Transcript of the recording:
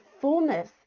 fullness